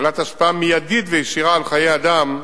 בעלת השפעה מיידית וישירה על חיי אדם,